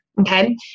Okay